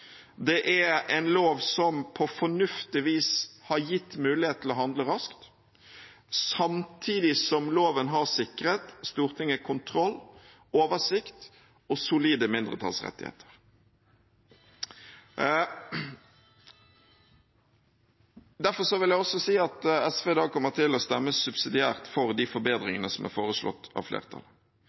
Det er en lov som på fornuftig vis har gitt mulighet til å handle raskt samtidig som loven har sikret Stortinget kontroll, oversikt og solide mindretallsrettigheter. Derfor vil jeg også si at SV kommer til å stemme subsidiært for de forbedringene som er forslått av